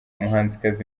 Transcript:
umuhanzikazi